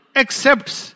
accepts